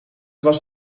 was